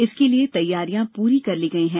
इसके लिए तैयारियां पूरी कर ली गई हैं